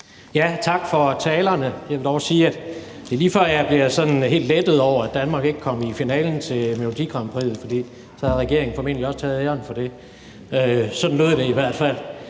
vil dog sige, at det er lige før, jeg bliver sådan helt lettet over, at Danmark ikke kom i finalen til melodigrandprixet, for så havde regeringen formentlig også taget æren for det. Sådan lød det i hvert fald.